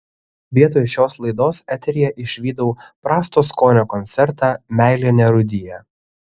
vietoj šios laidos eteryje išvydau prasto skonio koncertą meilė nerūdija